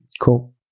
Cool